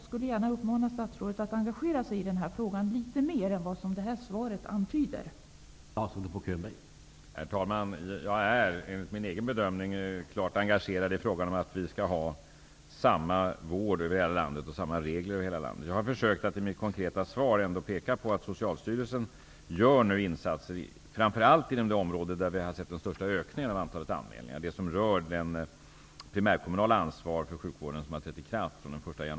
Jag uppmanar statsrådet att engagera sig litet mer i den här frågan än vad svaret antyder är fallet.